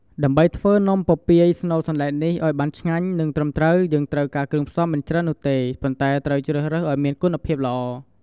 ដើម្បីធ្វើនំពពាយស្នូលសណ្តែកនេះឲ្យបានឆ្ងាញ់ និងត្រឹមត្រូវ យើងត្រូវការគ្រឿងផ្សំមិនច្រើននោះទេ ប៉ុន្តែត្រូវជ្រើសរើសឲ្យមានគុណភាពល្អ។